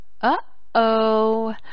Uh-oh